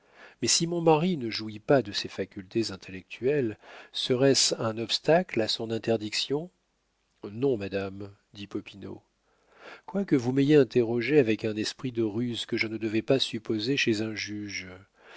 mais si mon mari ne jouit pas de ses facultés intellectuelles serait-ce un obstacle à son interdiction non madame dit popinot quoique vous m'ayez interrogée avec un esprit de ruse que je ne devais pas supposer chez un juge